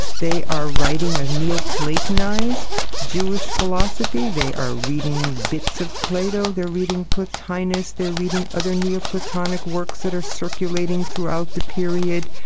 they are writing a neo-platonised jewish philosophy, philosophy, they are reading bits of plato, they're reading plotinus, they're reading other neo-platonic works that are circulating throughout the period,